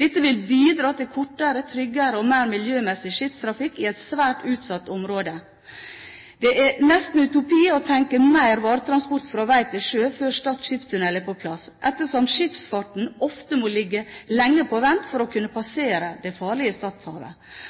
Dette vil bidra til kortere, tryggere og mer miljømessig skipstrafikk i et svært utsatt område. Det er nesten utopi å tenke mer varetransport fra vei til sjø før Stad skipstunnel er på plass, ettersom skipsfarten ofte må ligge lenge på vent for å kunne passere det farlige